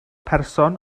person